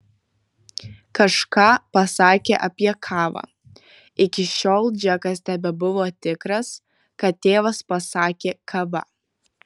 kažką pasakė apie kavą iki šiol džekas tebebuvo tikras kad tėvas pasakė kava